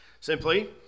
Simply